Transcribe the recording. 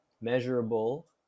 measurable